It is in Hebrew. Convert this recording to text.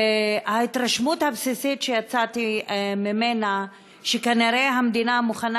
ההתרשמות הבסיסית שיצאתי אתה היא שכנראה המדינה מוכנה